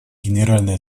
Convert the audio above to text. генеральной